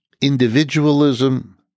individualism